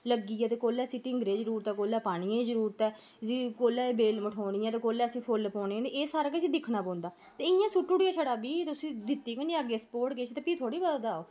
लग्गी ऐ ते कोलै इसी टिंगरे ई जरूरत ऐ ते कोलै पानियै ई जरूरत ऐ इसी कोलै बेल मठोनी ऐ ते कोलै इसी फु'ल्ल पौने न एह् सारा किश दिक्खना पौंदा ते इ'यां सुट्टू उडे़आ छड़ा बीऽ ते उसी दित्ती नी अग्गें स्पोर्ट किश ते भी थोह्ड़ी बधदा ओह्